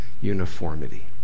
uniformity